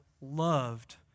loved